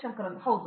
ಶಂಕರನ್ ಹೌದು